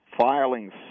filing